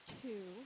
two